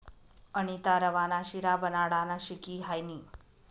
अनीता रवा ना शिरा बनाडानं शिकी हायनी